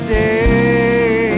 day